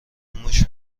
موش